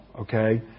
Okay